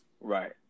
right